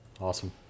Awesome